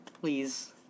Please